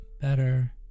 better